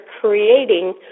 creating